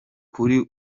kuri